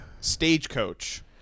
Stagecoach